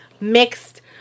mixed